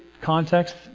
context